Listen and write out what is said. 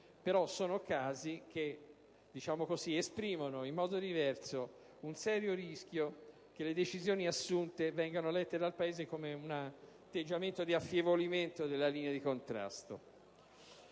rappresentano casi che esprimono in modo diverso un serio rischio che le decisioni assunte vengano lette dal Paese come un atteggiamento di affievolimento della linea di contrasto